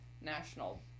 national